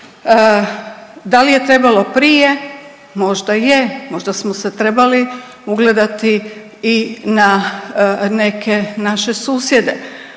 Da li je trebalo prije? Možda je, možda smo se trebali ugledati i na neke naše susjede,